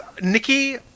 Nikki